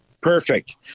Perfect